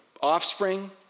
offspring